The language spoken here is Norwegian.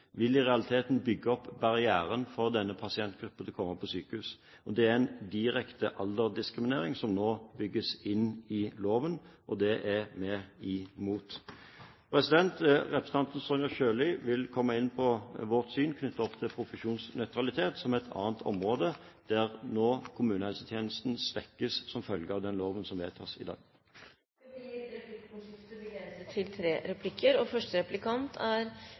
vil i realiteten bygge opp barrieren for denne pasientgruppe til å komme på sykehus. Det er direkte alderdiskriminering, som nå bygges inn i loven. Det er vi imot. Representanten Sonja Irene Sjøli vil komme inn på vårt syn på profesjonsnøytralitet, som er et annet område der kommunehelsetjenesten svekkes, som følge av den loven som vedtas i dag. Det blir replikkordskifte. «Ansiktsløse byråkrater» er et